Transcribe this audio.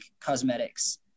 cosmetics